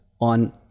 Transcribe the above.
on